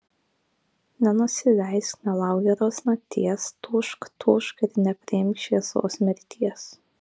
nenusileisk nelauk geros nakties tūžk tūžk ir nepriimk šviesos mirties